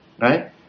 right